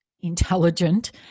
intelligent